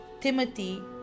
Timothy